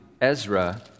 Ezra